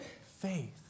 faith